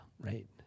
right